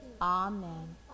Amen